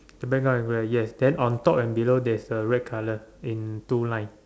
the background is grey yes then on top and below there's a red colour in two line